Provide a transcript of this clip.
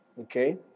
okay